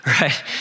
Right